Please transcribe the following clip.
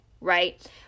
right